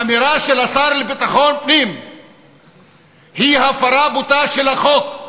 האמירה של השר לביטחון פנים היא הפרה בוטה של החוק,